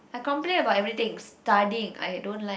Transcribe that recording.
I complain about everything studying I don't like